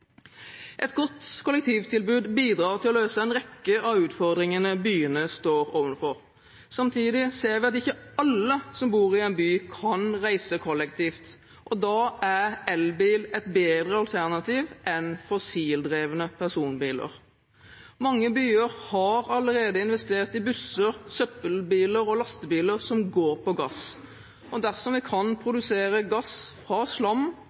Et godt kollektivtilbud bidrar til å løse en rekke av utfordringene byene står overfor. Samtidig ser vi at ikke alle som bor i by kan reise kollektivt, og da er elbil et bedre alternativ enn fossildrevne personbiler. Mange byer har allerede investert i busser, søppelbiler og lastebiler som går på gass, og dersom vi kan produsere gass fra slam